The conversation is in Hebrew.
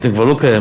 אתם כבר לא קיימים?